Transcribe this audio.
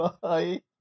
Bye